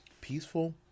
peaceful